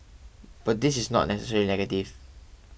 but this is not necessarily negative